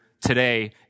today